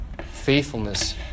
faithfulness